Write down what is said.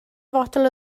fotel